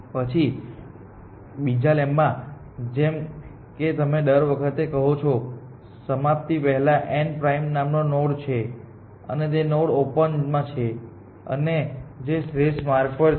પછી બીજા લેમ્મામાં જેમ કે તમે દર વખતે કહો છો સમાપ્તિ પહેલાં n પ્રાઇમ નામનો નોડ છે અને તે નોડ ઓપનમાં છે અને જે શ્રેષ્ઠ માર્ગ પર છે